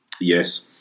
Yes